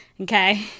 okay